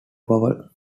vowel